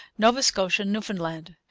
nova scotia and newfoundland,